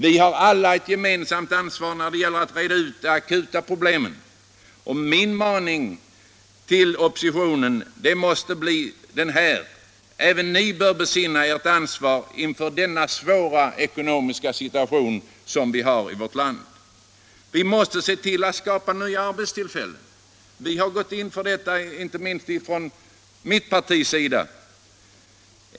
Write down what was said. Vi har alla ett gemensamt ansvar när det gäller att reda ut de akuta problemen, och min maning till oppositionen måste bli denna: Även ni bör besinna ert ansvar i den rådande svåra ekonomiska situationen. Vi måste se till att skapa nya arbetstillfällen. Inte minst mitt parti har gått in för detta.